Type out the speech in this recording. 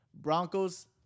Broncos